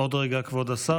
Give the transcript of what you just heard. עוד רגע, כבוד השר.